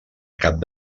cap